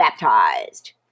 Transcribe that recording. baptized